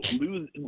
lose